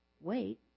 wait